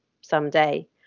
someday